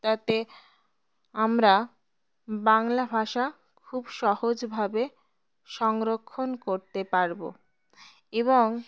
তাতে আমরা বাংলা ভাষা খুব সহজভাবে সংরক্ষণ করতে পারবো এবং